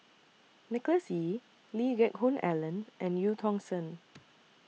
Nicholas Ee Lee Geck Hoon Ellen and EU Tong Sen